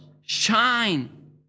shine